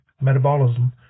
metabolism